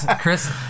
Chris